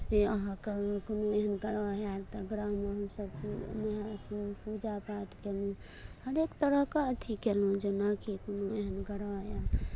से अहाँ कहबै की नहि एहन ग्रह आयल तऽ ग्रहमे हमसभ अथी पूजा पाठ कयलहुँ हरेक तरहके अथी कयलहुँ जेनाकि कोनो ओहिमे ग्रह आयल